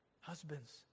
Husbands